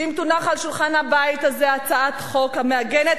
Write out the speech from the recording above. שאם תונח על שולחן הבית הזה הצעת חוק המעגנת